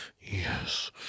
yes